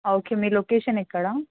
okay మీ location ఎక్కడ